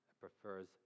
Prefers